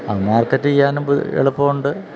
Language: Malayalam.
അത് മാർക്കറ്റ് ചെയ്യാനും എളുപ്പമുണ്ട്